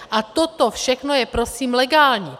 A toto všechno je prosím legální.